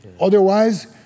Otherwise